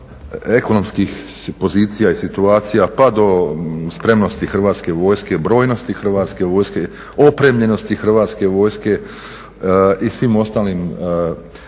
ekonomskih pozicija i situacija pa do spremnosti hrvatske vojske, brojnosti, opremljenosti hrvatske vojske i svim ostalim momentima